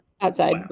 outside